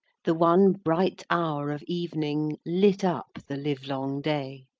the one bright hour of evening lit up the livelong day.